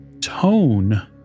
tone